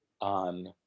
on